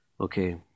okay